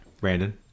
Brandon